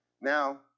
Now